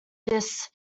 this